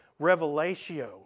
revelatio